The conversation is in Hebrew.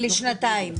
למינימום שנתיים.